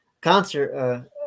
concert